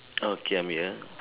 okay I'm here